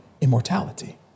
immortality